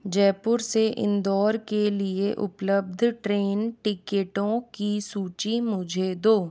जयपुर से इंदौर के लिए उपलब्ध ट्रेन टिकिटों की सूची मुझे दो